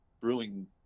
brewing